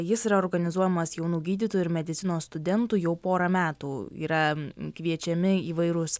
jis yra organizuojamas jaunų gydytojų ir medicinos studentų jau porą metų yra kviečiami įvairūs